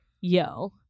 yo